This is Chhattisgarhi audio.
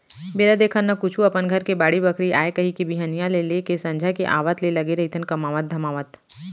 बेरा देखन न कुछु अपन घर के बाड़ी बखरी आय कहिके बिहनिया ले लेके संझा के आवत ले लगे रहिथन कमावत धमावत